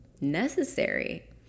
necessary